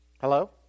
Hello